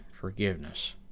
forgiveness